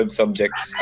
subjects